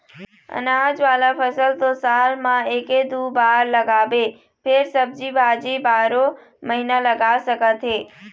अनाज वाला फसल तो साल म एके दू बार लगाबे फेर सब्जी भाजी बारो महिना लगा सकत हे